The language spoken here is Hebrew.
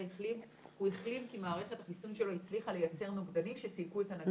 הוא החלים כי מערכת החיסון שלו הצליחה לייצר נוגדנים שסילקו את הנגיף,